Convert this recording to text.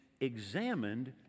examined